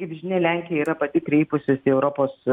kaip žinia lenkija yra pati kreipusis į europos